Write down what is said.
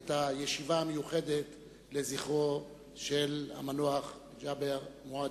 את הישיבה המיוחדת לזכרו של המנוח ג'בר מועדי,